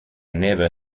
never